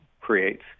creates